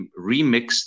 remixed